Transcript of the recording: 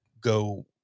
go